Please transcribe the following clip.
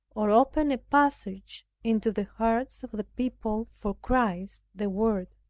or open a passage into the hearts of the people for christ the word.